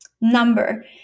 number